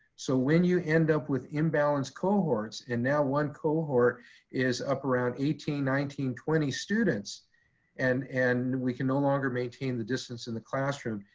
so when you end up with imbalanced cohorts and now one cohort is up around eighteen, nineteen, twenty students and and we can no longer maintain the distance in the classroom,